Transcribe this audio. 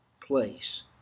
place